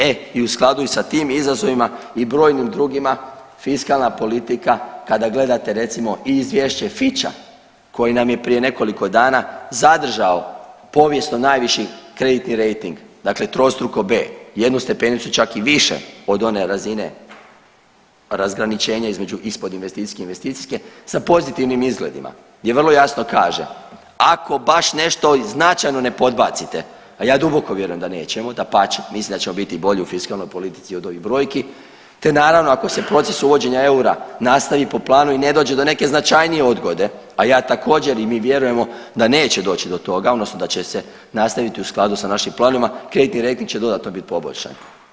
E i u skladu i sa tim izazovima, i brojnim drugima, fiskalna politika kada gledate recimo i izvješća … koji nam je prije nekoliko dana zadržao povijesno najviši kreditni rejting, dakle trostruko B, jednu stepenicu čak i više od one razine razgraničenja između ispod investicijske i investicijske, sa pozitivnim izgledima gdje vrlo jasno kaže, ako baš nešto i značajno ne podbacite, a ja duboko vjerujem da nećemo, dapače, mislim da ćemo biti i bolji u fiskalnoj politici od ovih brojki te naravno ako se proces uvođenja eura nastavi po planu i ne dođe do neke značajnije odgode a ja također i mi vjerujemo da neće do toga, odnosno da će se nastaviti u skladu sa našim planovima, kreditni rejting će dodatno biti poboljšan.